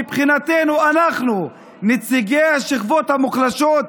מבחינתנו, אנחנו, נציגי השכבות החלשות,